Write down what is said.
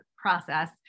process